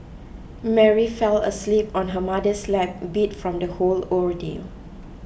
Mary fell asleep on her mother's lap beat from the whole ordeal